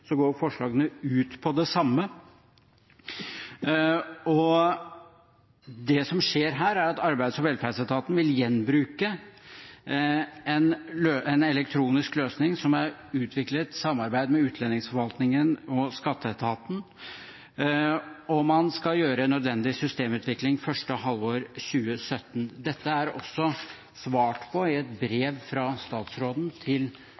ut på det samme, og det som skjer her, er at Arbeids- og velferdsetaten vil gjenbruke en elektronisk løsning som er utviklet i samarbeid med utlendingsforvaltningen og skatteetaten, og man skal gjøre nødvendig systemutvikling i første halvår av 2017. Dette er det også svart på i et brev fra statsråden til